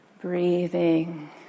breathing